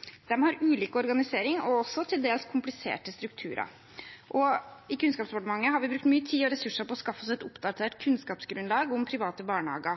ulike kommuner. De har ulik organisering og til dels kompliserte strukturer. I Kunnskapsdepartementet har vi brukt mye tid og ressurser på å skaffe oss et oppdatert kunnskapsgrunnlag om private barnehager.